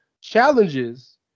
challenges